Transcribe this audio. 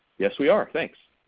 yes we are, thanks.